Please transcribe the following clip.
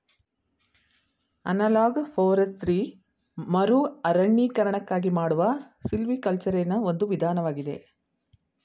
analog forestry ಮರುಅರಣ್ಯೀಕರಣಕ್ಕಾಗಿ ಮಾಡುವ ಸಿಲ್ವಿಕಲ್ಚರೆನಾ ಒಂದು ವಿಧಾನವಾಗಿದೆ